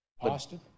Austin